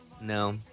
No